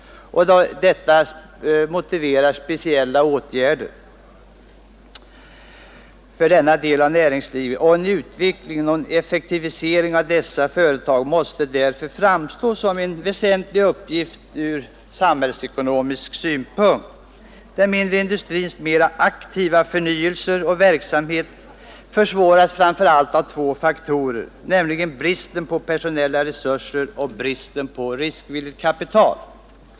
Detta motiverar speciella åtgärder för denna del av näringslivet, och en utveckling och effektivisering av dessa företag måste därför framstå som en väsentlig uppgift även ur samhällsekonomisk synpunkt. Den mindre industrins mera aktiva förnyelse och verksamhet försvåras framför allt av två faktorer, nämligen bristen på personella resurser och bristen på riskvilligt kapital.